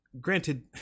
granted